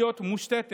ממוסדת